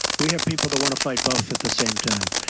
we have people that want to fight both at the same time.